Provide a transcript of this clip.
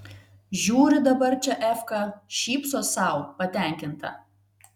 žiūri dabar čia efka šypsos sau patenkinta